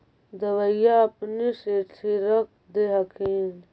दबइया अपने से छीरक दे हखिन?